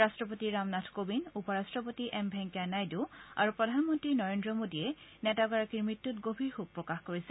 ৰাট্টপতি ৰামনাথ কোবিন্দ উপ ৰাট্টপতি এম ভেংকায়া নাইডু আৰু প্ৰধানমন্ত্ৰী নৰেন্দ্ৰ মোদীয়ে নেতাগৰাকীৰ মৃত্যুত গভীৰ শোক প্ৰকাশ কৰিছে